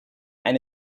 and